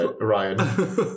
Ryan